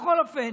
בכל אופן,